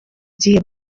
gihe